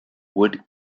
wood